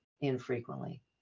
infrequently